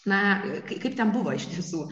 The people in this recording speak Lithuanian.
na kaip ten buvo iš tiesų